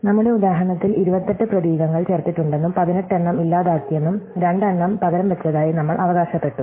നമ്മുടെ ഉദാഹരണത്തിൽ 28 പ്രതീകങ്ങൾ ചേർത്തിട്ടുണ്ടെന്നും 18 എണ്ണം ഇല്ലാതാക്കിയെന്നും 2 എണ്ണം പകരംവച്ചതായും നമ്മൾ അവകാശപ്പെട്ടു